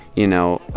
you know.